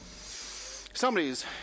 somebody's